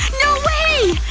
no way!